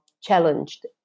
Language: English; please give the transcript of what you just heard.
challenged